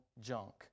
junk